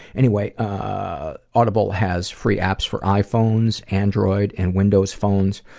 anyway, ah audible has free apps for iphones, android, and windows phones.